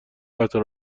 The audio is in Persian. قطع